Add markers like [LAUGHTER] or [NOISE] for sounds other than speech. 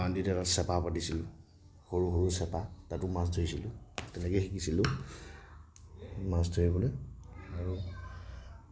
বান্ধি [UNINTELLIGIBLE] চেপা পাতিছিলোঁ সৰু সৰু চেপা তাতো মাছ ধৰিছিলোঁ তেনেকৈয়ে শিকিছিলোঁ মাছ ধৰিবলৈ আৰু